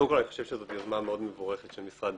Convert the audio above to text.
אני חושב שזאת יוזמה מאוד מבורכת של המשרד